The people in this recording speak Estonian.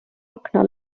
akna